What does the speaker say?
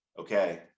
Okay